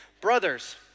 brothers